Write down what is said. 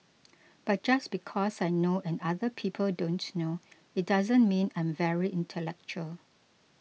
but just because I know and other people don't know it doesn't mean I'm very intellectual